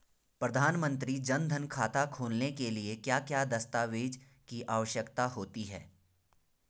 प्रधानमंत्री जन धन खाता खोलने के लिए क्या क्या दस्तावेज़ की आवश्यकता होती है?